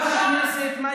אתה מפזר מסך עשן.